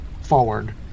forward